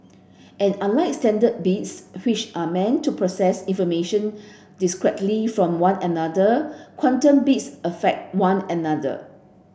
and unlike standard bits which are meant to process information discretely from one another quantum bits affect one another